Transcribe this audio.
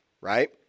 right